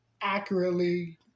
accurately